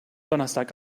donnerstag